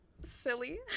silly